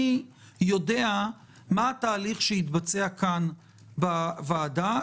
אני יודע מה התהליך שהתבצע כאן בוועדה.